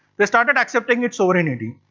they started accepting its sovereignty.